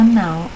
now